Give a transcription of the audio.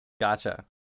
gotcha